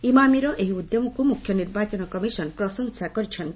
ଇମାମିର ଏହି ଉଦ୍ୟମକୁ ମୁଖ୍ୟ ନିର୍ବାଚନ କମିଶନ ପ୍ରଶଂସା କରିଛନ୍ତି